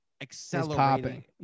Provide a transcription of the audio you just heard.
accelerating